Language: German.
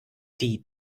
die